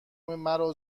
مرا